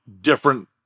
different